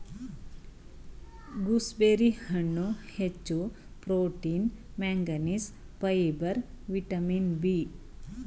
gooseberry ಹಣ್ಣು ಹೆಚ್ಚು protein manganese, fibre vitamin B five, B six ಹೊಂದಿದೆ